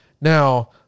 Now